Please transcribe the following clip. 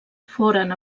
foren